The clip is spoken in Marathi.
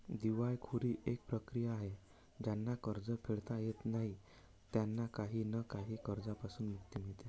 दिवाळखोरी एक प्रक्रिया आहे ज्यांना कर्ज फेडता येत नाही त्यांना काही ना काही कर्जांपासून मुक्ती मिडते